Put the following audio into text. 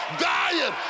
dying